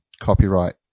copyright